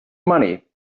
money